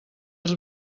els